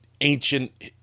ancient